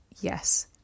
yes